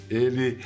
ele